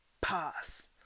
pass